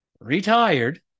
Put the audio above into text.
retired